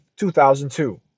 2002